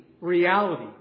reality